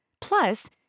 Plus